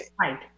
Right